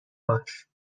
باش